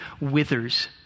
withers